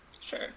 Sure